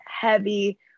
heavy